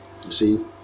See